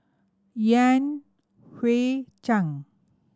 Yan Hui Chang